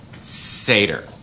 Seder